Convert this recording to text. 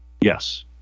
yes